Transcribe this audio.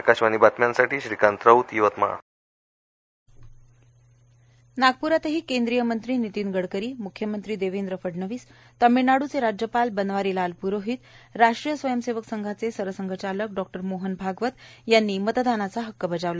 आकाशवाणी वातम्यांसाठी यवतमाळहून श्रीकांत राऊत नागप्रात केंद्रीय मंत्री नितीन गडकरीए म्ख्यमंत्री देवेंद्र फडणवीसए तामिळनाडूचे राज्यपाल बनवारीलाल प्रोहितए राष्ट्रीय स्वयंसेवक संघाचे सरसंघचालक मोहन भागवत यांनी मतदानाचा हक्क बजावला